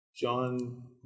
John